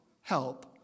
help